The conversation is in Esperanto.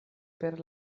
per